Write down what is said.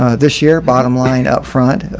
ah this year, bottom line up front,